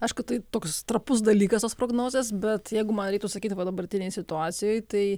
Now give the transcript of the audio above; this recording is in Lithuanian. aišku tai toks trapus dalykas tos prognozės bet jeigu man reiktų sakyti va dabartinėj situacijoj tai